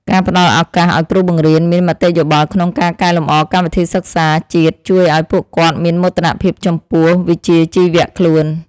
ការផ្តល់ឱកាសឱ្យគ្រូបង្រៀនមានមតិយោបល់ក្នុងការកែលម្អកម្មវិធីសិក្សាជាតិជួយឱ្យពួកគាត់មានមោទនភាពចំពោះវិជ្ជាជីវៈខ្លួន។